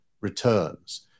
returns